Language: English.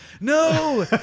no